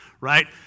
right